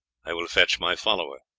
i will fetch my follower,